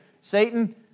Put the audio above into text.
Satan